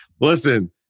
Listen